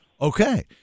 Okay